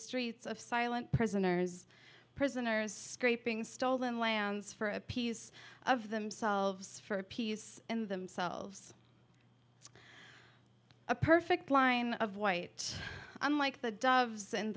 streets of silent prisoners prisoners scraping stolen lands for a piece of themselves for a piece in themselves a perfect line of white unlike the doves